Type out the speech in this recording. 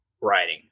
writing